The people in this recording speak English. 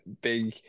big